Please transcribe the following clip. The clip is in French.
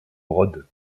rhodes